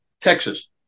Texas